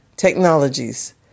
technologies